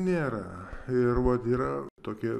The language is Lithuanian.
nėra ir vat yra tokie